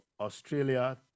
Australia